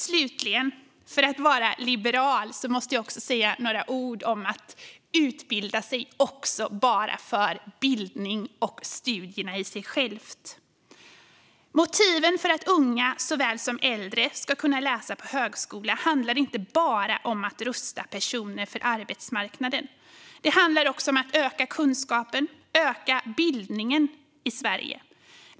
Slutligen, fru talman, måste jag som liberal även säga några ord om att utbilda sig också för själva bildningens skull och för studierna i sig själva. Motiven för att såväl unga som äldre ska kunna läsa på högskola handlar inte bara om att rusta personer för arbetsmarknaden; de handlar också om att öka kunskapen och bildningen i Sverige.